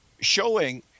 showing